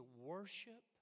worship